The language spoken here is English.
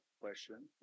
question